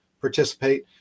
participate